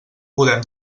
podem